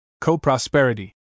co-prosperity